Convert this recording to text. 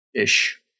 Ish